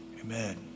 Amen